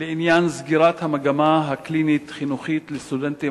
לעניין סגירת המגמה הקלינית-חינוכית לסטודנטים